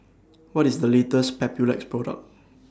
What IS The latest Papulex Product